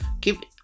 keep